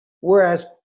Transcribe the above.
whereas